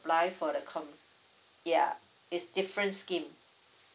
for the com~ ya it's different scheme